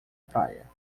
praia